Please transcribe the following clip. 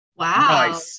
Wow